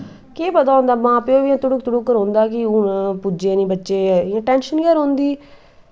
केह् पता होंदे मा प्यो बी ध्रुक ध्रुक रौंह्दा कि हून पुज्जे न बच्चे इ'यां टैंशन गै रौंह्दी